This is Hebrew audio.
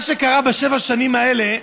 מה שקרה בשבע השנים האלה,